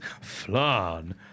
flan